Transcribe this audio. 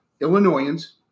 Illinoisans